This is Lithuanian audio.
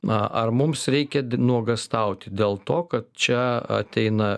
na ar mums reikia nuogąstauti dėl to kad čia ateina